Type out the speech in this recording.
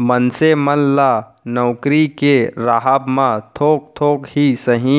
मनसे मन ल नउकरी के राहब म थोक थोक ही सही